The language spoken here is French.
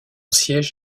siège